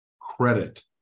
credit